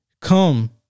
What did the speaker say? come